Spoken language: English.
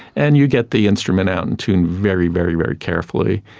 and you get the instrument out and tune very, very very carefully,